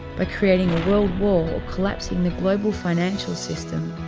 by creating a world war or collapsing the global financial system.